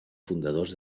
fundadors